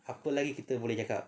apa lagi kita boleh cakap